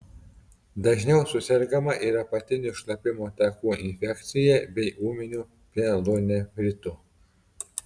dažniau susergama ir apatinių šlapimo takų infekcija bei ūminiu pielonefritu